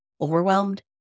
overwhelmed